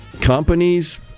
Companies